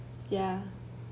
ya